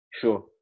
Sure